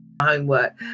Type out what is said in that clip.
Homework